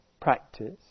practice